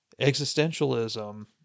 existentialism